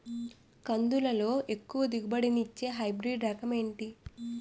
కందుల లో ఎక్కువ దిగుబడి ని ఇచ్చే హైబ్రిడ్ రకం ఏంటి?